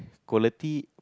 quality